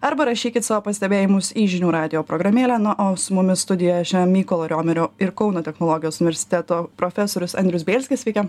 arba rašykit savo pastebėjimus į žinių radijo programėlę na o su mumis studijoje šiandien mykolo riomerio ir kauno technologijos universiteto profesorius andrius bielskis sveiki